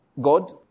God